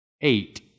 eight